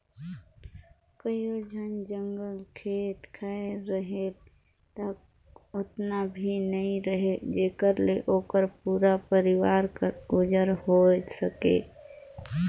कइयो झन जग खेत खाएर रहेल ता ओतना भी नी रहें जेकर ले ओकर पूरा परिवार कर गुजर होए सके